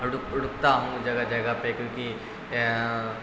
رک رکتا ہوں جگہ جگہ پہ کیونکہ